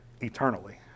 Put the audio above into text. eternally